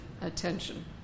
attention